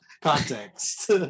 Context